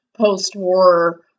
post-war